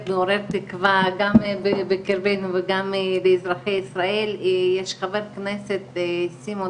מעורר תקווה גם ובקרבנו וגם באזרחי ישראל יש חבר כנסת סימון